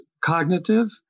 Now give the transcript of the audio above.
cognitive